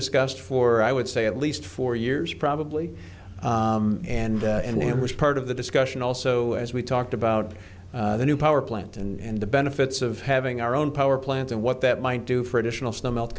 discussed for i would say at least four years probably and and there was part of the discussion also as we talked about the new power plant and the benefits of having our own power plants and what that might do for additional snow melt